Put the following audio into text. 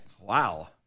Wow